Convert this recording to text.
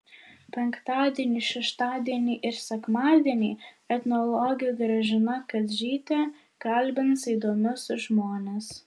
penktadienį šeštadienį ir sekmadienį etnologė gražina kadžytė kalbins įdomius žmones